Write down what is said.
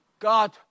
God